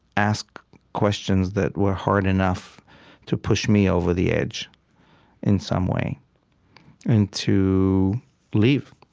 ask questions that were hard enough to push me over the edge in some way and to leave,